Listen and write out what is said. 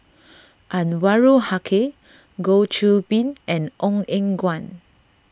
Anwarul Haque Goh Qiu Bin and Ong Eng Guan